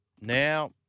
Now